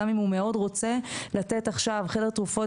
גם אם הוא מאוד רוצה לתת עכשיו חדר תרופות